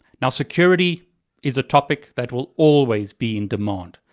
now security is a topic that will always be in demand.